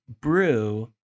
brew